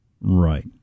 Right